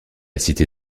cité